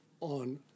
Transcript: on